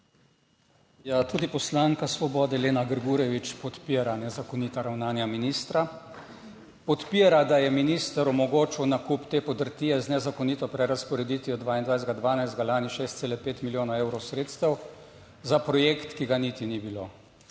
Ja, tudi poslanka Svobode Lena Grgurevič podpira nezakonita ravnanja ministra. Podpira, da je minister omogočil nakup te podrtije z nezakonito prerazporeditvijo 22. 12. lani 6,5 milijona evrov sredstev za projekt, ki ga niti ni bilo.